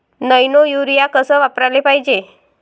Nano urea कस वापराले पायजे?